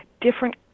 different